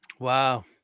Wow